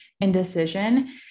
indecision